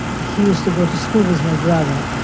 he used to go to school with my brother.